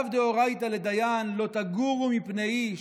לאו דאורייתא לדיין: לא תגורו מפני איש.